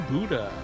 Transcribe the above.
Buddha